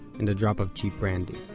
and a drop of cheap brandy.